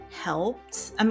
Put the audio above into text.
Helped